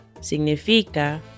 significa